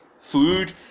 food